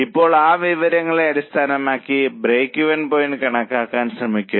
ഇപ്പോൾ ഈ വിവരങ്ങളെ അടിസ്ഥാനമാക്കി ബ്രേക്ക്ഈവൻ പോയിന്റ് കണക്കാക്കാൻ ശ്രമിക്കുക